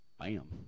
Bam